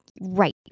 right